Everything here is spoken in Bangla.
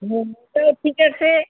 ঠিক আছে